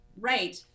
right